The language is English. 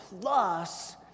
plus